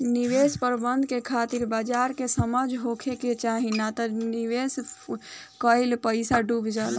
निवेश प्रबंधन के खातिर बाजार के समझ होखे के चाही नात निवेश कईल पईसा डुब जाला